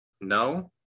no